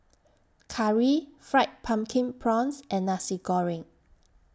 Curry Fried Pumpkin Prawns and Nasi Goreng